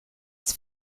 het